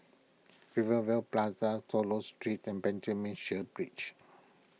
Rivervale Plaza Swallow Street and Benjamin Sheares Bridge